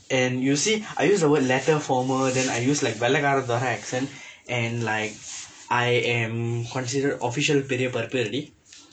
and you see I use the word latter former then I used like வெள்ளைக்காரன் துரை:vellaikkaaran thurai accent and like I am considered official பெரிய பருப்பு:periya paruppu already